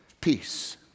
peace